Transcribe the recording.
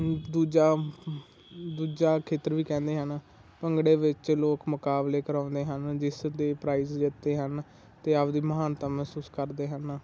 ਦੂਜਾ ਦੂਜਾ ਖੇਤਰ ਵੀ ਕਹਿੰਦੇ ਹਨ ਭੰਗੜੇ ਵਿੱਚ ਲੋਕ ਮੁਕਾਬਲੇ ਕਰਵਾਉਂਦੇ ਹਨ ਜਿਸ ਦੇ ਪ੍ਰਾਈਸ ਜਿੱਤਦੇ ਹਨ ਅਤੇ ਆਪਣੀ ਮਹਾਨਤਾ ਮਹਿਸੂਸ ਕਰਦੇ ਹਨ